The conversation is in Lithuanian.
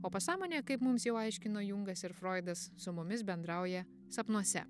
o pasąmonė kaip mums jau aiškino jungas ir froidas su mumis bendrauja sapnuose